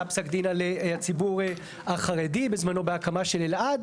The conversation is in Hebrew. היה פסק דין על הציבור החרדי בזמנו בהקמה של אלעד.